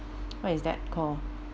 what is that call